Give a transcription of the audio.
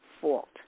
fault